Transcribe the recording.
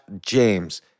james